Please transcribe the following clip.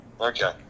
Okay